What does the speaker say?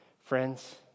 Friends